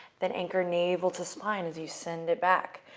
then anchor navel to spine as you send it back.